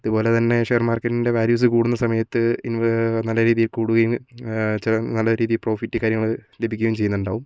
അതുപോലെത്തന്നെ ഷെയർ മാർക്കറ്റിൻ്റെ വാല്യൂസ് കൂടുന്ന സമയത്ത് നല്ല രീതിയിൽ കൂടുകയും ചില നല്ല രീതിയിൽ പ്രോഫിറ്റ് കാര്യങ്ങൾ ലഭിക്കുകയും ചെയ്യുന്നുണ്ടാവും